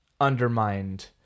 undermined